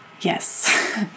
Yes